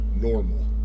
normal